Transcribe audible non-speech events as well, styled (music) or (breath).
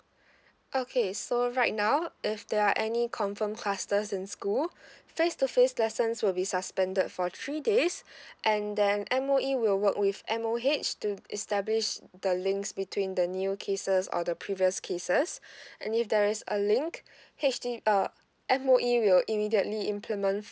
okay so right now if there are any confirm clusters in school (breath) face to face lessons will be suspended for three days (breath) and then M_O_E will work with M_O_H to establish the links between the new cases or the previous cases (breath) and if there is a link H_D uh M_O_E will immediately implement